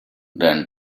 then